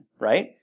right